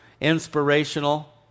inspirational